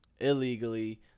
illegally